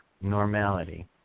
normality